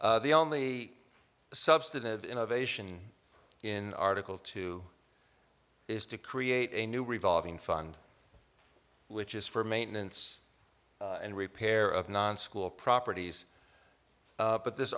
the only substantive innovation in article two is to create a new revolving fund which is for maintenance and repair of non school properties but this